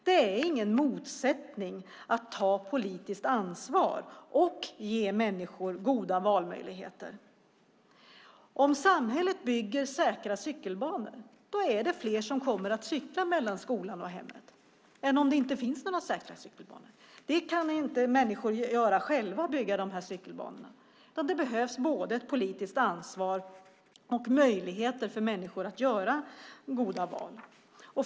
Det är ingen motsättning att ta politiskt ansvar och att ge människor goda valmöjligheter. Om samhället bygger säkra cykelbanor är det fler som kommer att cykla mellan skolan och hemmet än om det inte finns några säkra cykelbanor. Människor kan inte själva bygga cykelbanorna, så det behövs både ett politiskt ansvar och möjligheter för människor att göra goda val.